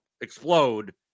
explode